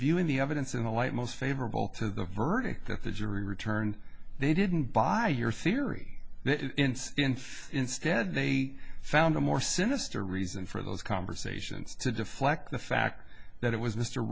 viewing the evidence in the light most favorable to the verdict that the jury returned they didn't buy your theory instead they found a more sinister reason for those conversations to deflect the fact that it was mr